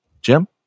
Jim